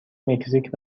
مکزیک